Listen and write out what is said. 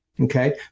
Okay